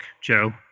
Joe